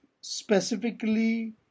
specifically